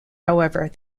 however